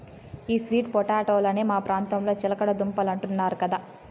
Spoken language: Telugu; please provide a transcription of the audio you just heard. ఈ స్వీట్ పొటాటోలనే మా ప్రాంతంలో చిలకడ దుంపలంటున్నారు కదా